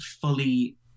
fully